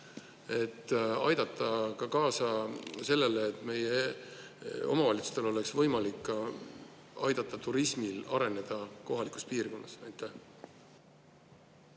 et aidata kaasa sellele, et meie omavalitsustel oleks võimalik aidata turismil areneda kohalikus piirkonnas.